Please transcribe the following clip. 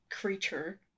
creature